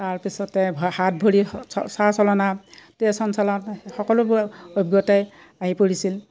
তাৰপিছতে হাত ভৰি চা চলনা তেজ সঞ্চালন সকলোবোৰ অভিজ্ঞতাই আহি পৰিছিল